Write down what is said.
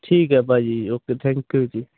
ਠੀਕ ਹੈ ਭਾਜੀ ਓਕੇ ਥੈਂਕ ਯੂ ਜੀ